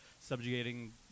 subjugating